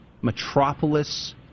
metropolis